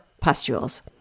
pustules